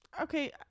okay